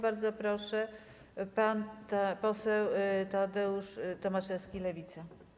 Bardzo proszę, pan poseł Tadeusz Tomaszewski, Lewica.